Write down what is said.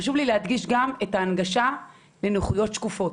חשוב לי להדגיש גם את ההנגשה לנכויות שקופות.